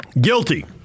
Guilty